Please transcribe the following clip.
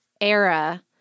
era